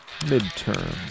midterms